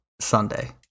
Sunday